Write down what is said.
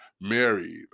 married